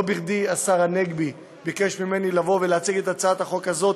לא בכדי השר הנגבי ביקש ממני לבוא ולהציג את הצעת החוק הזאת,